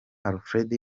alfred